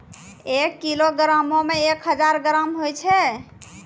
एक किलोग्रामो मे एक हजार ग्राम होय छै